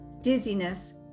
dizziness